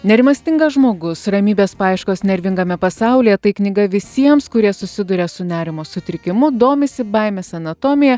nerimastingas žmogus ramybės paieškos nervingame pasaulyje tai knyga visiems kurie susiduria su nerimo sutrikimu domisi baimės anatomija